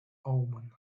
omen